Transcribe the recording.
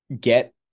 get